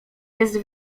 jest